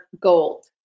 gold